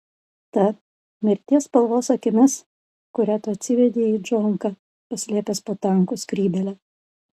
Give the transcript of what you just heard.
ta mirties spalvos akimis kurią tu atsivedei į džonką paslėpęs po tankų skrybėle